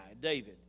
David